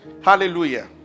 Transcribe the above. Hallelujah